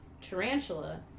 tarantula